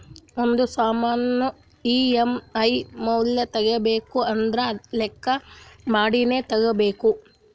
ಒಂದ್ ಸಾಮಾನ್ ಇ.ಎಮ್.ಐ ಮ್ಯಾಲ ತಗೋಬೇಕು ಅಂದುರ್ ಲೆಕ್ಕಾ ಮಾಡಿನೇ ತಗೋಬೇಕು